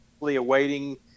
awaiting